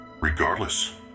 Regardless